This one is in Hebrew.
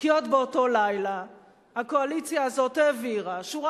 כי עוד באותו לילה הקואליציה הזאת העבירה שורה